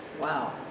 Wow